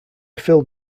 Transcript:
filled